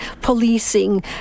policing